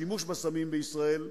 השימוש בסמים בישראל,